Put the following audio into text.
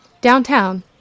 Downtown